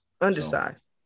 Undersized